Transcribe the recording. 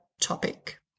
topic